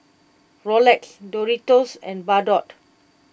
Rolex Doritos and Bardot